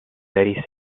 thirty